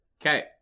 Okay